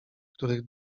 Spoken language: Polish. których